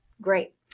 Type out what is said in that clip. great